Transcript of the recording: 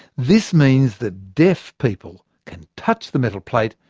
this means that deaf people can touch the metal plate,